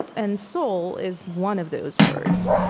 and soul is one of those words.